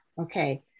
okay